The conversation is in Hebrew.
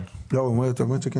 הוא בכלל לא מתורגם.